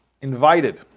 invited